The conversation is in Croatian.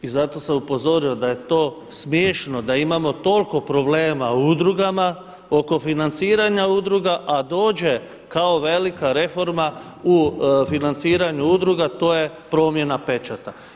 I zato sam upozorio da je to smiješno da imamo toliko problema u udrugama oko financiranja udruga a dođe kao velika reforma u financiranju udruga, to je promjena pečata.